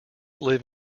live